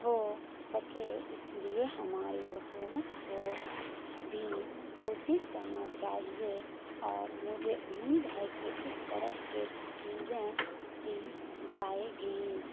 ہو سکے اس لیے ہماری حکومت کو بھی کوشش کرنا چاہیے اور مجھے امید ہے کہ اس طرح کے چیزیں کی جائے گی